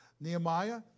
Nehemiah